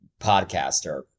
podcaster